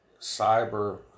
cyber